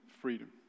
freedom